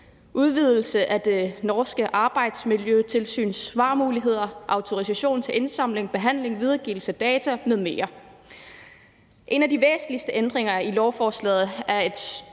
udvidelse af arbejdsmiljøtilsynets svarmuligheder, en autorisation til indsamling, behandling og videregivelse af data m.m. En af de væsentligste ændringer i lovforslaget er et styrket